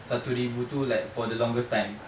satu ribu tu like for the longest time